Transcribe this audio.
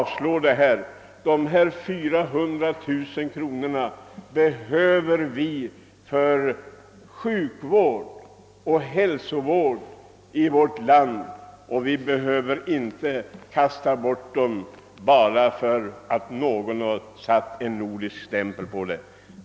Vi behöver dessa 400 000 kronor för sjukvård och hälsovård i vårt land. Vi behöver inte kasta bort dessa pengar bara därför att någon satt en nordisk stämpel på projektet.